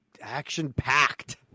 action-packed